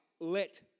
let